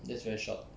that's very short